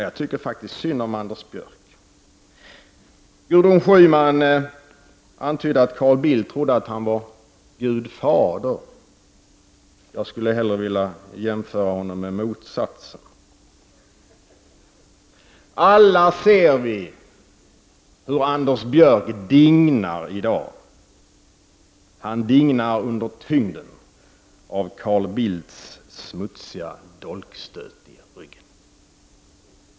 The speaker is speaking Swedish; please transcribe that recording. Jag tycker faktiskt synd om Anders Björck. Gudrun Schyman antydde att Carl Bildt trodde att han var Gud Fader. Jag skulle hellre vilja jämföra honom med motsatsen. Vi ser alla hur Anders Björck dignar i dag under tyngden av Carl Bildts smutsiga dolkstöt i ryggen.